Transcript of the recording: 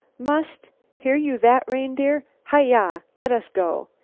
must hear you that, reindeer. heya! let us go!